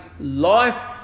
Life